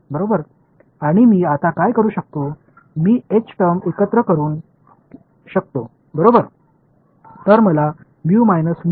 இப்போது நான் என்ன செய்ய முடியும் என்றால் H செயல்பாடுகளை இணைக்க முடியும்